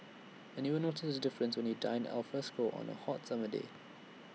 and you will notice the difference when you dine alfresco on A hot summer day